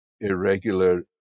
irregular